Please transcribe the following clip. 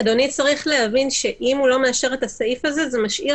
אדוני צריך להבין שאם הוא לא מאשר את הסעיף הזה זה משאיר